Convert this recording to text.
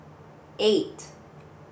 eight